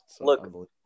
Look